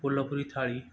कोल्हापुरी थाळी